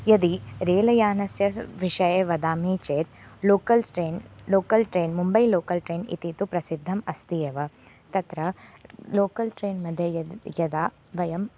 यदि रेल्यानस्य स् विषये वदामि चेत् locals train local train Mumbai local train इति तु प्रसिद्धम् अस्ति एव तत्र लोकल् ट्रेन्मध्ये यदा यदा वयम्